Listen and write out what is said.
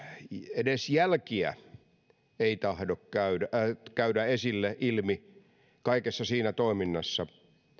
edes jälkiä ei tahdo käydä käydä ilmi kaikessa siinä toiminnassa